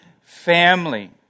family